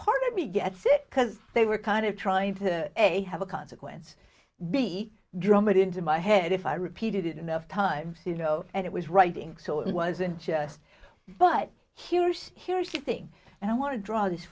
part of me gets it because they were kind of trying to say have a consequence be drummed into my head if i repeated it enough times you know and it was writing so it was in jest but here's here's the thing and i want to draw this